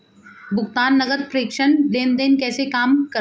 भुगतान नकद प्रेषण लेनदेन कैसे काम करता है?